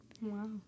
Wow